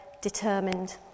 determined